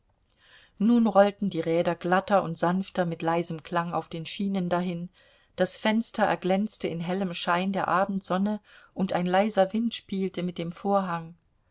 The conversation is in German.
nun rollten die räder glatter und sanfter mit leisem klang auf den schienen dahin das fenster erglänzte im hellen schein der abendsonne und ein leiser wind spielte mit dem vorhang